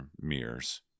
mirrors